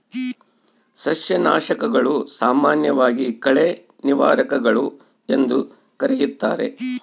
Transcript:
ಸಸ್ಯನಾಶಕಗಳು, ಸಾಮಾನ್ಯವಾಗಿ ಕಳೆ ನಿವಾರಕಗಳು ಎಂದೂ ಕರೆಯುತ್ತಾರೆ